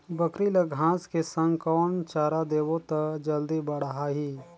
बकरी ल घांस के संग कौन चारा देबो त जल्दी बढाही?